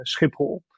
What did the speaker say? Schiphol